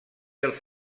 els